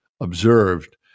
observed